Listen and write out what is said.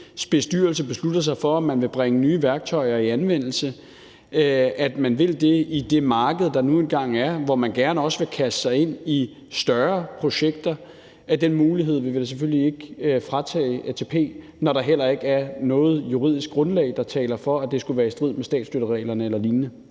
bestyrelse beslutter sig for, at man vil bringe nye værktøjer i anvendelse i det marked, der nu engang er, hvor man også gerne vil kaste sig ind i større projekter. Den mulighed vil vi da selvfølgelig ikke fratage ATP, når der heller ikke er noget juridisk grundlag, der taler for, at det skulle være i strid med statsstøttereglerne eller lignende.